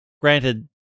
Granted